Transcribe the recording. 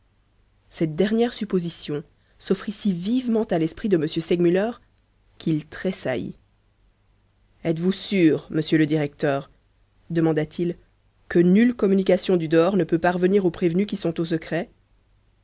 cette dernière supposition s'offrit si vivement à l'esprit de m segmuller qu'il tressaillit êtes-vous sûr monsieur le directeur demanda-t-il que nulle communication du dehors ne peut parvenir aux prévenus qui sont au secret